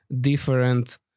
different